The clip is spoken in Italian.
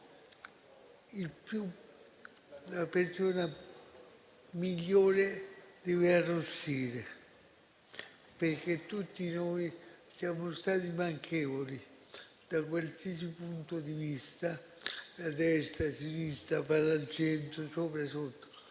la persona migliore deve arrossire, perché tutti noi siamo stati manchevoli, da qualsiasi punto di vista: la destra, la sinistra, palla al centro, sopra e sotto,